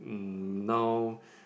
uh now